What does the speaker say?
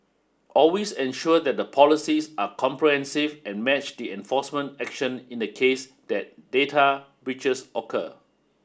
always ensure that the policies are comprehensive and matched the enforcement action in the case that data breaches occur